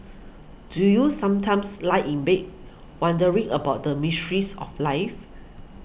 do you sometimes lie in bed wondering about the mysteries of life